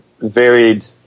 varied